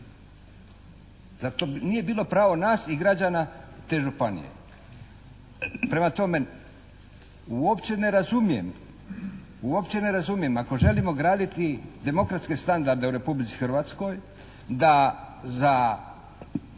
Zar to nije bilo pravo nas i građana te županije? Prema tome, uopće ne razumijem. Ako želimo graditi demokratske standarde u Republici Hrvatskoj da za